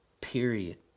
Period